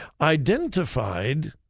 identified